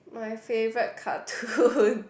my favourite cartoon